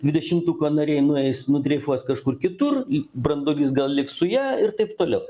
dvidešimtuko nariai nueis nudreifuos kažkur kitur branduolys gal liks su ja ir taip toliau